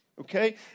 okay